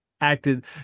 acted